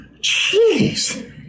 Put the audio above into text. Jeez